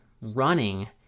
running